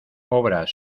obras